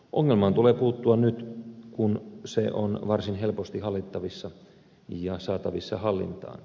ongelmaan tulee puuttua nyt kun se on varsin helposti hallittavissa ja saatavissa hallintaan